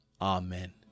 Amen